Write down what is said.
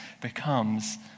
becomes